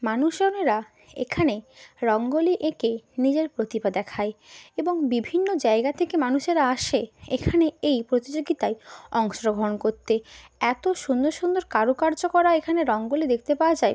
মানুষজনেররা এখানে রঙ্গোলি এঁকে নিজের প্রতিভা দেখায় এবং বিভিন্ন জায়গা থেকে মানুষেরা আসে এখানে এই প্রতিযোগিতায় অংশ্রগ্রহণ করতে এতো সুন্দর সুন্দর কারুকার্য করা এখানে রঙ্গোলি দেখতে পাওয়া যায়